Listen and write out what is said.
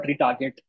retarget